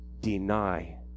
deny